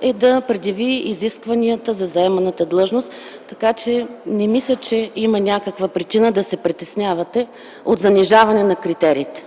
е да предяви изискванията за заеманата длъжност, така че не мисля, че има някаква причина да се притеснявате от занижаване на критериите.